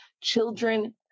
children